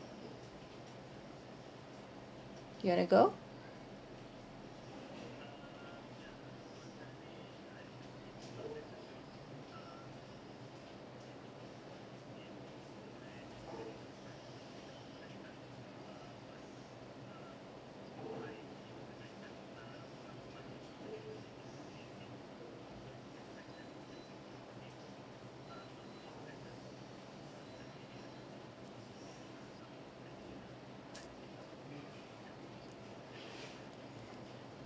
you want to go